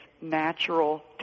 natural